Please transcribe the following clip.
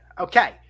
Okay